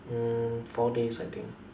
mm four days I think